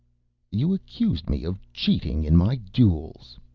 you accused me of cheating in my duels.